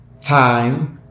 time